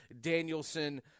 Danielson